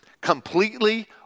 completely